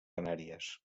canàries